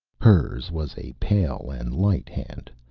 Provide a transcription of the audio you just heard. hers was a pale and light hand,